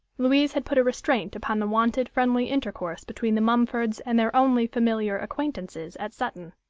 louise had put a restraint upon the wonted friendly intercourse between the mumfords and their only familiar acquaintances at sutton.